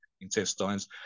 intestines